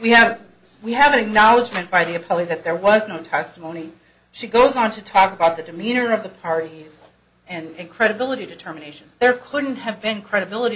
we have we have any knowledge meant by the a probably that there was no testimony she goes on to talk about the demeanor of the parties and credibility determinations there couldn't have been credibility